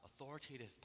authoritative